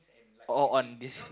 orh on this